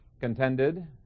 contended